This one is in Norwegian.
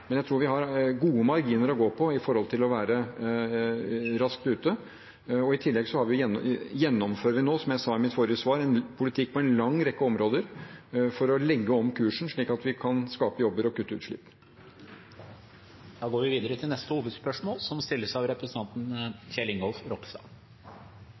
Men jeg tror vi har gode marginer å gå på når det gjelder å være raskt ute, og i tillegg gjennomfører vi nå – som jeg sa i mitt forrige svar – en politikk på en lang rekke områder for å legge om kursen slik at vi kan skape jobber og kutte utslipp. Vi går videre til neste hovedspørsmål. I dag kom SSB med nasjonalregnskapstall som